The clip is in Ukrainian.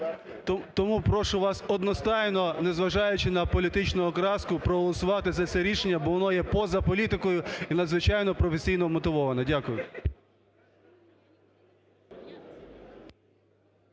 Тому прошу вас одностайно, не зважаючи на політичну окраску, проголосувати за це рішення, бо воно є поза політикою і надзвичайно професійно вмотивовано. Дякую.